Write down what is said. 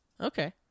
Okay